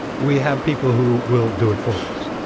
we have people who will do it for us.